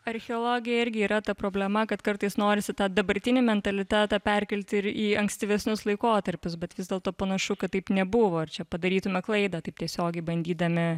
archeologijoje irgi yra ta problema kad kartais norisi tą dabartinį mentalitetą perkelti į ankstyvesnius laikotarpius bet vis dėlto panašu kad taip nebuvo ir čia padarytume klaidą taip tiesiogiai bandydami